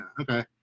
okay